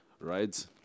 right